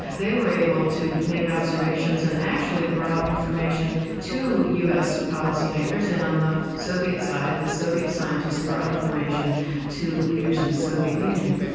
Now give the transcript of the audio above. they were able to make observations and actually brought information to us policymakers, and on the soviet side the soviet scientists brought information to leaders in the soviet union.